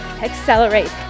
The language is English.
accelerate